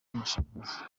w’amashanyarazi